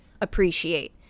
appreciate